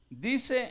Dice